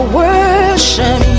worship